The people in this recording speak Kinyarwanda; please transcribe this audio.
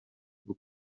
bwo